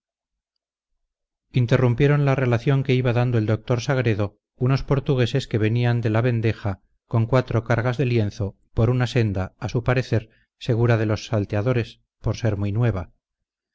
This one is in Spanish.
compañía interrumpieron la relación que iba dando el doctor sagredo unos portugueses que venían de la vendeja con cuatro cargas de lienzo por una senda a su parecer segura de los salteadores por ser muy nueva